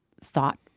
thought